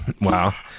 Wow